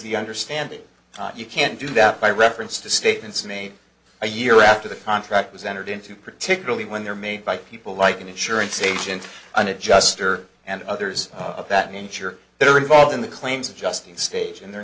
the understanding you can do that by reference to statements made a year after the contract was entered into particularly when they're made by people like an insurance agent an adjuster and others of that nature that are involved in the claims of just the stage and they're